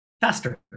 faster